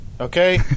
Okay